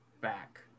back